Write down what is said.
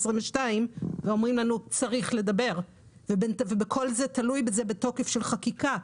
ואומרים לנו שצריך לדבר וכל זה תלוי בתוקף של חקיקה.